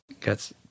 got